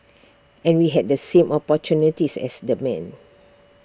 and we had the same opportunities as the men